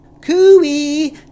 Cooey